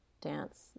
dance